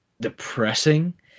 depressing